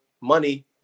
money